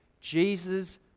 Jesus